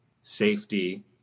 safety